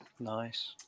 Nice